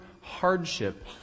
hardship